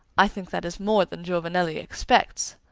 i think that is more than giovanelli expects,